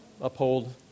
uphold